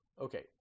okay